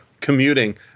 commuting